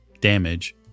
damage